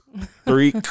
three